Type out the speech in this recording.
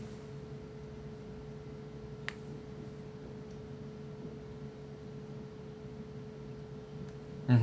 mmhmm